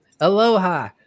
Aloha